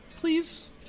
please